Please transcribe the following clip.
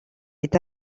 est